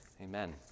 Amen